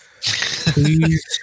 Please